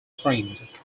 framed